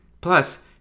Plus